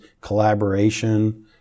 collaboration